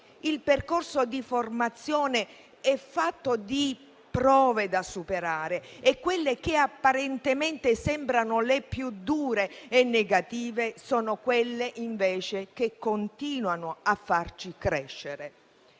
Il percorso di formazione è fatto di prove da superare e quelle che apparentemente sembrano le più dure e negative sono quelle che, invece, continuano a farci crescere.